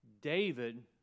david